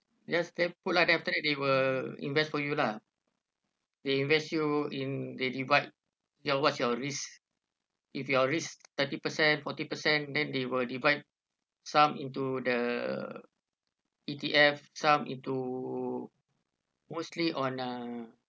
you just take put lah then after that they will invest for you lah they invest you in they divide ya what's your risk if your risk thirty percent forty percent then they will divide some into the E_T_F some into mostly on uh